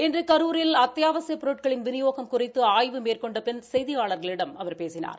இன்று கரூரில் அத்தியாவசியப் பொருட்களின் விநியோகம் குறித்து ஆய்வு மேற்கொண்ட பின் செய்தியாளர்களிடம் அவர் பேசினார்